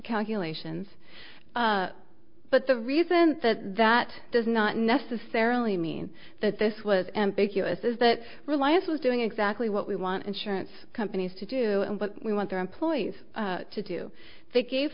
calculations but the reason that does not necessarily mean that this was ambiguous is that reliance was doing exactly what we want insurance companies to do what we want their employees to do they gave